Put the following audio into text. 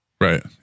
Right